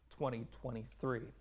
2023